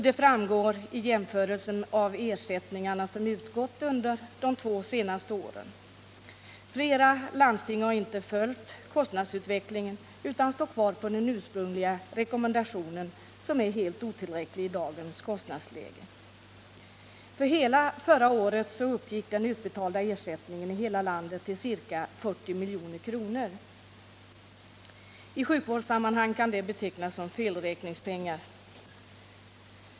Det framgår vid en jämförelse av de ersättningar som utgått under de två senaste åren. Flera landsting har inte ens följt kostnadsutvecklingen utan står kvar på den ursprungliga rekommendationen, som är helt otillräcklig i dagens kostnadsläge. För hela förra året uppgick den utbetalda ersättningen i hela landet till ca 40 milj.kr. I sjukvårdssammanhang kan det betecknas som felräkningspengar.